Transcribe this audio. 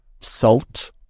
salt